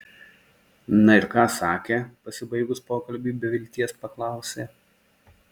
na ir ką sakė pasibaigus pokalbiui be vilties paklausė